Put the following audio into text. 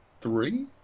three